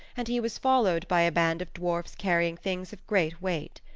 and he was followed by a band of dwarfs carrying things of great weight.